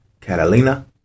Catalina